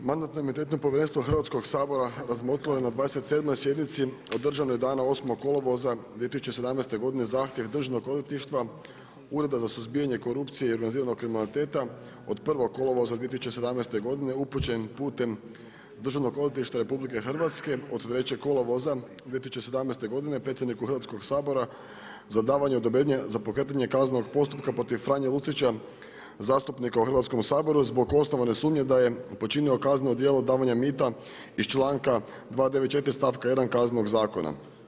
Mandatno-imunitetno povjerenstvo Hrvatskog sabora razmotrilo je na 27. sjednici održanoj dana 8. kolovoza 2017. godine zahtjev Državnog odvjetništva Ureda za suzbijanje korupcije i organiziranog kriminaliteta od 1. kolovoza 2017. godine upućen putem Državnog odvjetništva RH od 3. kolovoza 2017. godine predsjedniku Hrvatskog sabora za davanje odobrenja za pokretanje kaznenog postupka protiv Franje Lucića, zastupnika u Hrvatskom saboru zbog osnovane sumnje da je počinio kazneno djelo davanja mita iz članka 294. stavka 1. Kaznenog zakona.